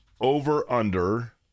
over-under